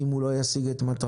אם הוא לא ישיג את מטרתו,